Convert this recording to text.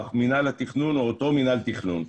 אך מינהל התכנון הוא אותו מינהל תכנון.